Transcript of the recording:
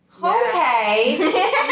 Okay